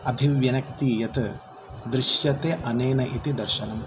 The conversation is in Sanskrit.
अभिव्यनक्ति यत् दृश्यते अनेन इति दर्शनं